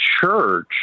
church